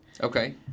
okay